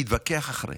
נתווכח אחרי.